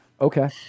Okay